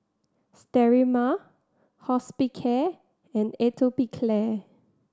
Sterimar Hospicare and Atopiclair